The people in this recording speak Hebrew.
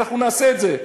ואנחנו נעשה את זה,